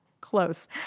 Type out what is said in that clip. Close